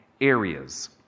areas